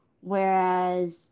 whereas